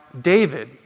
David